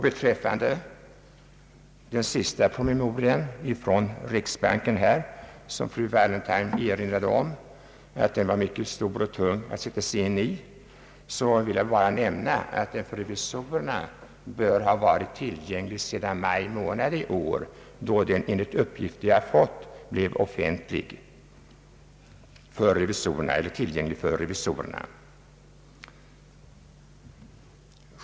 Beträffande den sista promemorian från riksbanken, som fru Wallentheim ansåg vara stor och tung att sätta sig in i, vill jag bara nämna att den enligt uppgift blev tillgänglig för revisorerna i maj månad i år.